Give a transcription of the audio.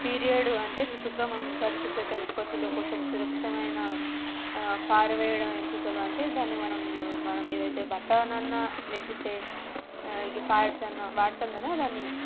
period అంటే ఋతుక్రమం పరిశుభ్రత ఉత్పత్తుల కోసం సురక్షమయిన పారవేయడం ఎంపికలు అంటే దాన్ని మనం యో మనమేదయితే బట్టనన్నా లేకుంటే ప్యాడ్స్ అన్నా వాడుతాం కదా దాన్ని